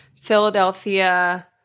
Philadelphia